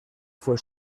fue